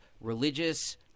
Religious